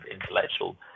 intellectual